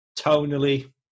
Tonally